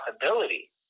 possibility